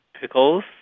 pickles